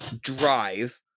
drive